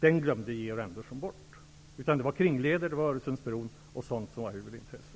Den glömde Georg Andersson bort. Då var kringleder, Öresundsbron m.m. huvudintresset.